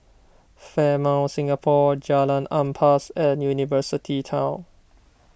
Fairmont Singapore Jalan Ampas and University Town